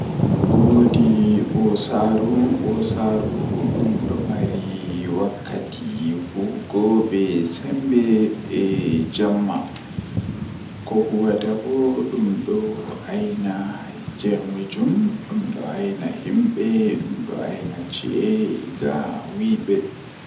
Waawataa waɗude vacuum so tawii nguurndam waawataa waɗtude njiddude e soɓɓi, nde o waɗataa njiddude e dow leñol ngal. Jokkondir vacuum e jaɓɓude waɗde nafoore he ƴettude e ngal toowde ko ɓuri. Ko e nguurndam heɓa ngam fiyaangu, miɗo waɗataa jaɓde to lowre nder room ngal.